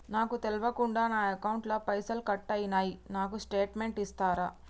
నాకు తెల్వకుండా నా అకౌంట్ ల పైసల్ కట్ అయినై నాకు స్టేటుమెంట్ ఇస్తరా?